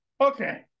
Okay